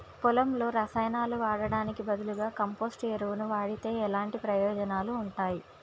పొలంలో రసాయనాలు వాడటానికి బదులుగా కంపోస్ట్ ఎరువును వాడితే ఎలాంటి ప్రయోజనాలు ఉంటాయి?